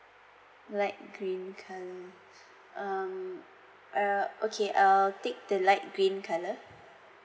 light green colour um uh okay I'll take the light green colour